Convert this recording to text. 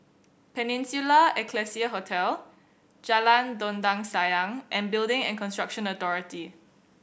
Peninsula Excelsior Hotel Jalan Dondang Sayang and Building and Construction Authority